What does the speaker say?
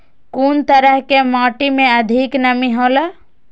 कुन तरह के माटी में अधिक नमी हौला?